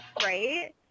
right